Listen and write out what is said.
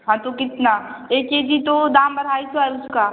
हाँ तो कितना एक के जी तो दाम अढ़ाई सौ है उसका